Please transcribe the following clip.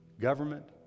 government